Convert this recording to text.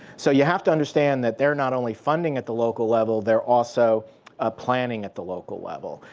so you have to understand that they're not only funding at the local level. they're also planning at the local level.